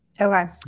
Okay